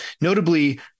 Notably